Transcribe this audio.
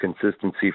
consistency